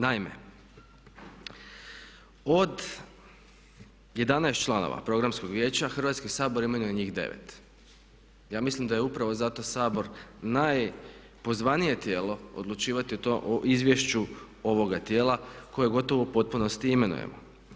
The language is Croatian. Naime, od 11 članova Programskog vijeća Hrvatski sabor imenuje njih 9, ja mislim da je upravo zato Sabor najpozvanije tijelo odlučivati o izvješću ovoga tijela koje gotovo u potpunosti imenujemo.